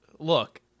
Look